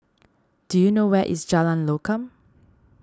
do you know where is Jalan Lokam